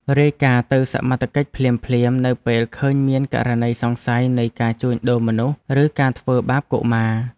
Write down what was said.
រាយការណ៍ទៅសមត្ថកិច្ចភ្លាមៗនៅពេលឃើញមានករណីសង្ស័យនៃការជួញដូរមនុស្សឬការធ្វើបាបកុមារ។